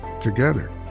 Together